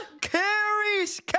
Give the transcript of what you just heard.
carries